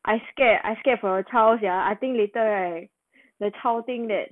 I scared I scared for a child sia I think later right the child think that